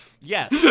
Yes